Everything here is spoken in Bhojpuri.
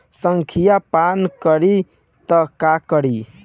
संखिया पान करी त का करी?